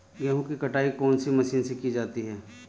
गेहूँ की कटाई कौनसी मशीन से की जाती है?